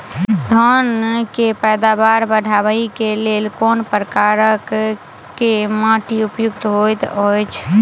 धान केँ पैदावार बढ़बई केँ लेल केँ प्रकार केँ माटि उपयुक्त होइत अछि?